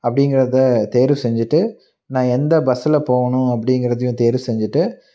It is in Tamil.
அப்படிங்கிறத தேர்வு செஞ்சுட்டு நான் எந்த பஸ்ஸில் போகணும் அப்படிங்கிறதையும் தேர்வு செஞ்சுட்டு